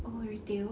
oh retail